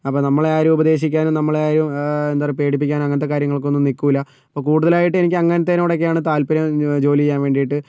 അപ്പോൾ നമ്മളെ ആരും ഉപദേശിക്കാനും നമ്മളെ ആരും എന്താ പറയുക പേടിപ്പിക്കാനോ അങ്ങനത്തെ കാര്യങ്ങൾക്കൊന്നും നിൽക്കില്ല അപ്പോൾ കൂടുതലായിട്ട് എനിക്ക് അങ്ങനത്തതിനോടൊക്കെയാണ് താത്പര്യം ജോലി ചെയ്യാൻ വേണ്ടിയിട്ട്